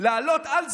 לעלות על זמני,